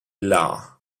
law